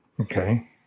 Okay